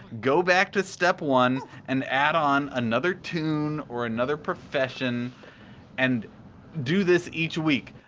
go back to step one and add on another toon or another profession and do this each week.